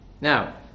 Now